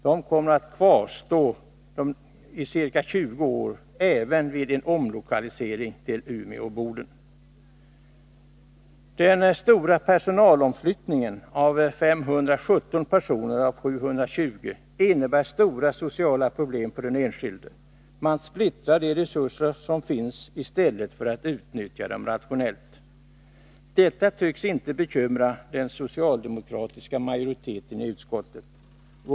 De kommer att kvarstå i ca 20 år, även vid en omlokalisering till Umeå och Boden. Den stora personalomflyttningen, omfattande 517 personer av 720, innebär stora sociala problem för den enskilde. Man splittrar de resurser som finns i stället för att utnyttja dem rationellt. Detta tycks inte bekymra den socialdemokratiska majoriteten i utskottet.